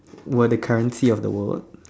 were the currency of the world